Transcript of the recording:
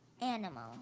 animal